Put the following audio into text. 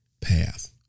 path